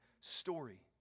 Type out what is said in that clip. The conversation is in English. story